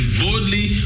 boldly